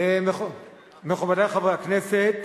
אדוני היושב-ראש, מכובדי חברי הכנסת,